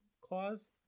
clause